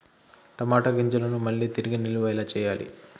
టమాట గింజలను మళ్ళీ తిరిగి నిల్వ ఎలా చేయాలి?